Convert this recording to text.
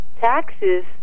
taxes